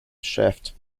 shaft